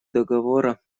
договора